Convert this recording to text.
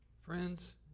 Friends